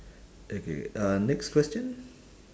okay uh next question